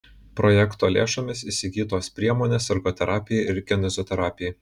projekto lėšomis įsigytos priemonės ergoterapijai ir kineziterapijai